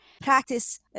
practice